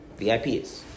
VIPs